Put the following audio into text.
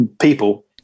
people